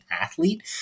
athlete